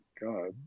God